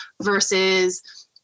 versus